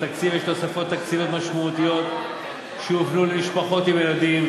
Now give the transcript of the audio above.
בתקציב יש תוספות תקציביות משמעותיות שהוכנו למשפחות עם ילדים,